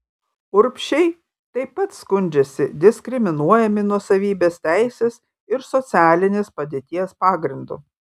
urbšiai taip pat skundžiasi diskriminuojami nuosavybės teisės ir socialinės padėties pagrindu